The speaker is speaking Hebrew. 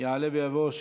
יעלה ויבוא.